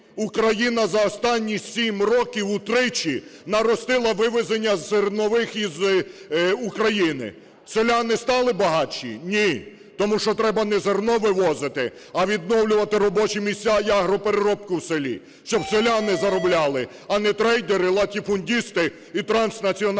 Україна за останні 7 років утричі наростила вивезення зернових із України. Селяни стали багатші? Ні. Тому що треба не зерно вивозити, а відновлювати робочі місця і агропереробку в селі, щоб селяни заробляли, а не трейдери, латифундисти і транснаціональні